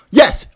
yes